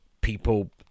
People